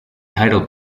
title